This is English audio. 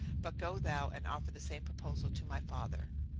but go thou and offer the same proposal to my father.